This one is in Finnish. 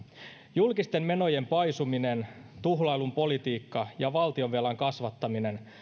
julkisten menojen paisuminen tuhlailun politiikka ja valtionvelan kasvattaminen